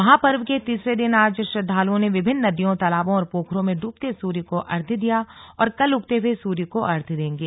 महापर्व के तीसरे दिन आज श्रद्वालुओं ने विभिन्न नदियों तालाबों और पोखरों में डूबते सूर्य को अर्घ्य दिया और कल उगते हुए सूर्य को अर्घ्य देंगे